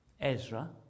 Ezra